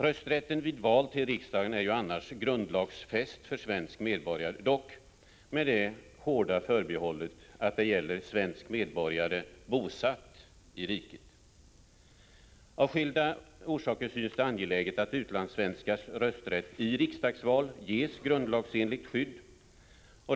Rösträtten vid val till riksdagen är annars grundlagsfäst för svensk medborgare, dock med det hårda förbehållet att det gäller svensk medborgare ”bosatt i riket”. Av skilda orsaker synes det angeläget att utlandssvenskars rösträtt i riksdagsval ges grundlagsenligt skydd.